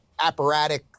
apparatic